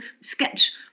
sketch